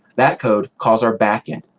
that code cause our back end.